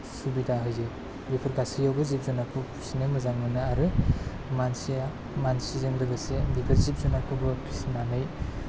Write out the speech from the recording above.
सुबिदा होयो बेफोर गासैयावबो जिब जुनारखौ फिसिनो मोजां मोनो आरो मानसिया मानसिजों लोगोसे बेफोर जिब जुनारफोरखौबो फिनानै